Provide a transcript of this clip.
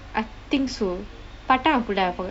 I think so part time or full time I forgot